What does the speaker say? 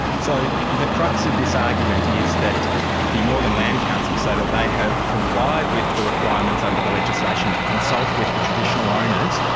so the crux of this argument is that the northern land council say that they have complied with the requirements under the legislation to consult with the traditional owners,